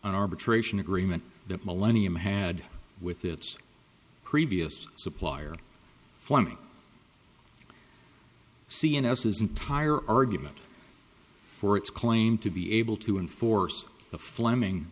an arbitration agreement that millennium had with its previous supplier flemmi cns his entire argument for its claim to be able to enforce the fleming